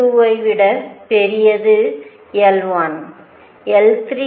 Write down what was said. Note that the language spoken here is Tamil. L2 ஐ விட பெரியது L1